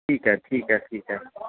ठीकु आहे ठीकु आहे ठीकु आहे